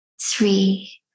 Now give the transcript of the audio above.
three